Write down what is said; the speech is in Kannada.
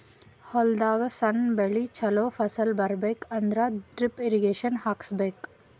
ಹೊಲದಾಗ್ ಸಣ್ಣ ಬೆಳಿ ಚೊಲೋ ಫಸಲ್ ಬರಬೇಕ್ ಅಂದ್ರ ಡ್ರಿಪ್ ಇರ್ರೀಗೇಷನ್ ಹಾಕಿಸ್ಬೇಕ್